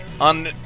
on